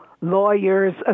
Lawyers